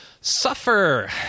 Suffer